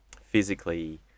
physically